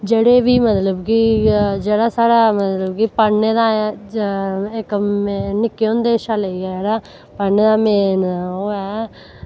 जेह्ड़े बी मतलब कि जेह्ड़ा साढ़ा पढ़ने दा इक्क निक्के होंदे कशा लेइयै पढ़ने दा मेन ओह् ऐ